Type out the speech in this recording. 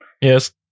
yes